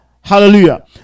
Hallelujah